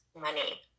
money